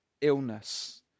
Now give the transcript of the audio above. illness